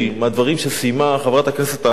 שסיימה בהם האחרונה,